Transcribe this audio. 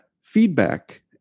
feedback